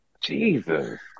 Jesus